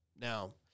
Now